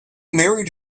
married